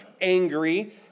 angry